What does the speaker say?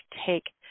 take